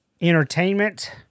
entertainment